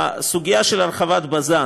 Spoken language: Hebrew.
בסוגיה של הרחבת בז"ן,